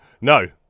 No